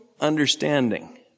understanding